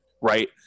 right